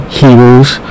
heroes